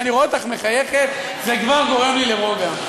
כשאני רואה אותך מחייכת זה כבר גורם לי לרוגע.